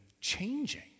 changing